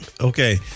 Okay